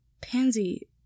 Pansy